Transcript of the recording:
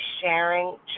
sharing